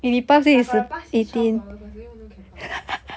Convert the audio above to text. but got the pass see twelve dollar first don't even know can pass or not